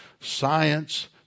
science